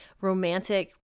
romantic